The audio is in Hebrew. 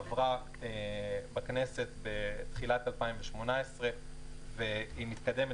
עברה בכנסת בתחילת 2018 והיא מתקדמת.